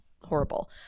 Horrible